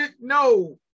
no